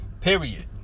period